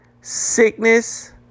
sickness